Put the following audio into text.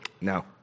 no